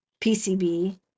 pcb